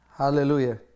Hallelujah